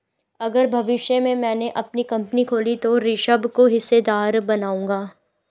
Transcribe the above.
अगर भविष्य में मैने अपनी कंपनी खोली तो ऋषभ को हिस्सेदार बनाऊंगा